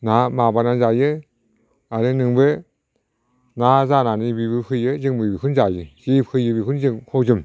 ना माबानानै जायो खारेनजोंबो ना जानानै बेबो फैयो जोंबो बेखौनो जायो जे फैयो बेखौनो जों जायो